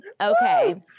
okay